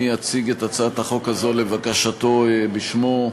אני אציג את הצעת החוק הזאת לבקשתו, בשמו,